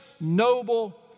noble